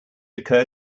occur